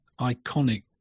iconic